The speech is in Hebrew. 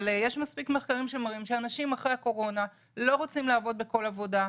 יש מספיק מחקרים שמראים שאנשים אחרי הקורונה לא רוצים לעבוד בכל עבודה.